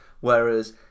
Whereas